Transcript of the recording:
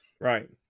right